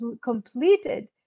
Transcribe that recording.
completed